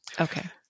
Okay